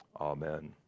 Amen